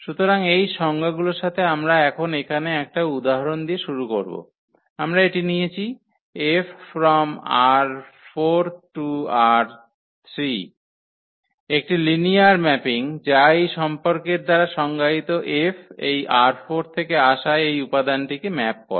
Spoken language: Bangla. সুতরাং এই সংজ্ঞাগুলির সাথে আমরা এখন এখানে একটা উদাহরণ দিয়ে শুরু করব আমরা এটি নিয়েছি 𝐹 ℝ4 → ℝ3 একটি লিনিয়ার ম্যাপিং যা এই সম্পর্কের দ্বারা সংজ্ঞায়িত 𝐹 এই ℝ4 থেকে আসা এই উপাদানটিকে ম্যাপ করে